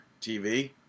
TV